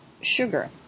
sugar